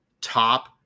top